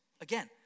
Again